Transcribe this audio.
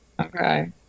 Okay